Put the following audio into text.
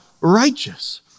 righteous